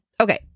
Okay